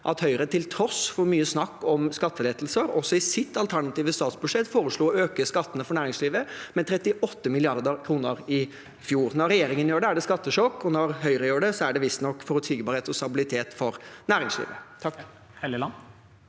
at Høyre, til tross for mye snakk om skattelettelser, i sitt alternative statsbudsjett foreslo å øke skattene for næringslivet med 38 mrd. kr i fjor. Når regjeringen gjør det, er det skattesjokk, men når Høyre gjør det, er det visstnok forutsigbarhet og stabilitet for næringslivet. Linda